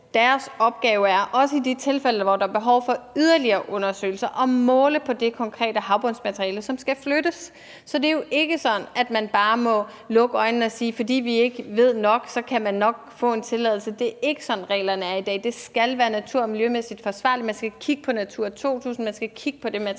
deres opgave er – også i de tilfælde, hvor der er behov for yderligere undersøgelser – at måle på det konkrete havbundsmateriale, som skal flyttes. Så det er jo ikke sådan, man bare må lukke øjnene og sige, at fordi vi ikke ved nok, kan de nok få en tilladelse. Det er ikke sådan, reglerne er i dag. Det skal være natur- og miljømæssigt forsvarligt. Man skal kigge på Natura 2000, man skal kigge på det materiale,